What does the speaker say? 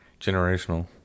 Generational